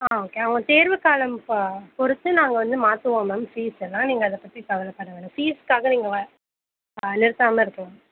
ஆ okay அவங்க தேர்வு காலம் ப பொறுத்து நாங்கள் வந்து மாற்றுவோம் மேம் ஃபீஸ் எல்லாம் நீங்கள் அதை பற்றி கவலைப்பட வேணாம் ஃபீஸ்க்காக நீங்கள் வ நிறுத்தாமல் இருக்கலாம்